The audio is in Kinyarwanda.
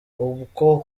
ukwo